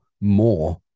more